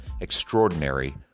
extraordinary